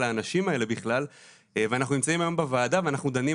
האנשים האלה בכלל ואנחנו נמצאים היום בוועדה ואנחנו דנים